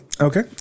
Okay